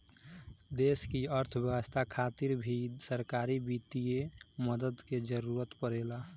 देश की अर्थव्यवस्था खातिर भी सरकारी वित्तीय मदद के जरूरत परेला